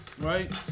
right